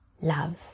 love